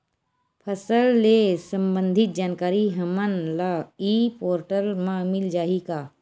फसल ले सम्बंधित जानकारी हमन ल ई पोर्टल म मिल जाही का?